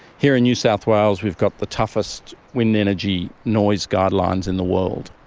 here in new south wales we've got the toughest wind energy noise guidelines in the world,